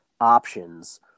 options